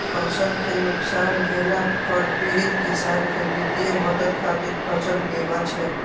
फसल कें नुकसान भेला पर पीड़ित किसान कें वित्तीय मदद खातिर फसल बीमा छै